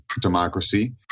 democracy